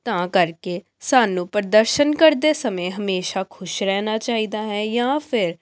ਤਾਂ ਕਰਕੇ ਸਾਨੂੰ ਪ੍ਰਦਰਸ਼ਨ ਕਰਦੇ ਸਮੇਂ ਹਮੇਸ਼ਾ ਖੁਸ਼ ਰਹਿਣਾ ਚਾਹੀਦਾ ਹੈ ਜਾਂ ਫਿਰ